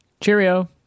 Cheerio